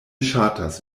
ŝatas